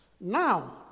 Now